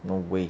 no way